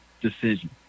decision